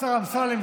השר אמסלם,